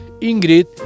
Ingrid